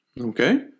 Okay